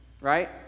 right